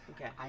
okay